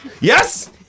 Yes